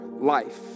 life